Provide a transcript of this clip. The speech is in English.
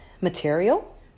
material